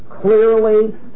clearly